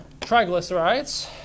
triglycerides